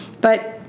But-